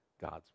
God's